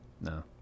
no